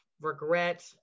regret